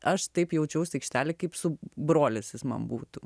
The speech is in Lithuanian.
aš taip jaučiausi aikštelėj kaip su brolis jis man būtų